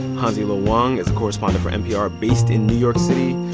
hansi lo wang is a correspondent for npr based in new york city.